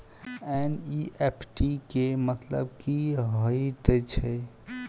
NEFT केँ मतलब की हएत छै?